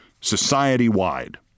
society-wide